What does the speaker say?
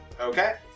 Okay